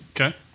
Okay